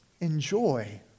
Enjoy